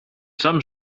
some